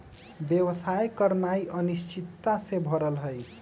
व्यवसाय करनाइ अनिश्चितता से भरल हइ